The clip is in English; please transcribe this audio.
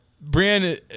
Brian